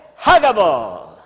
Huggable